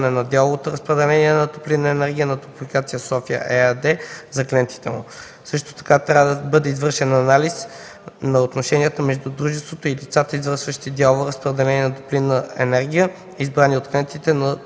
Също така трябва да бъде извършен анализ на отношенията между дружеството и лицата, извършващи дялово разпределение на топлинна енергия, избрани от клиентите на топлопреносното